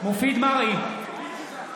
(קורא בשמות חברי הכנסת)